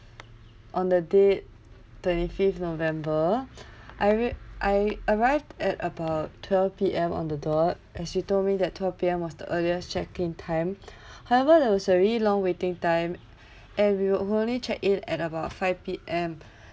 on the date twenty fifth november I re~ I arrived at about twelve P_M on the dot as you told me that twelve P_M was the earliest check-in time however there was a really long waiting time and we were only checked in at about five P_M